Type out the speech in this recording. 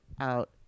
out